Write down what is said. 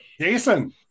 Jason